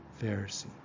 Pharisee